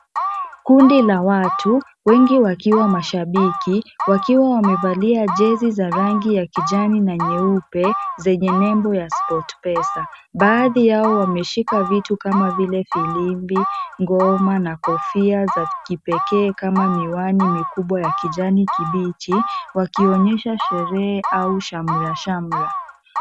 Kundi la watu, wengi wakiwa mashabiki, wakiwa wamevalia jezi za rangi ya kijani na nyeupe zenye nembo ya SportPesa, baadhi yao wameshika vitu kama vile firimbi, ngoma na kofia za kipekee kama miwani mikubwa ya kijani kibichi wakionyesha sherehe au shamrashamra.